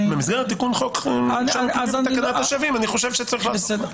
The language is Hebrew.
במסגרת תיקון חוק ממשלתי לתקנת השבים אני חושב שצריך לעסוק בה.